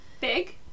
Big